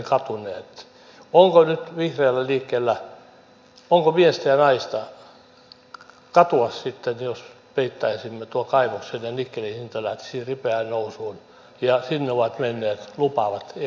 onko nyt vihreällä liikkeellä miestä ja naista katua sitten jos peittäisimme tuon kaivoksen ja nikkelin hinta lähtisi ripeään nousuun ja sinne ovat menneet lupaavat eurot